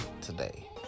today